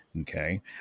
Okay